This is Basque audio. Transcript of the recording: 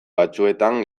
batzuetan